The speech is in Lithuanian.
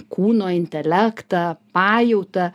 kūno intelektą pajautą